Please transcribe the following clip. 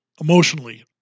emotionally